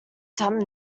done